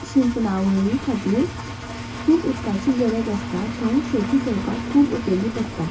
शिंपणावळी खातीर खूब उदकाची गरज आसता थंय शेती करपाक खूब उपेगी पडटा